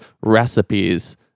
recipes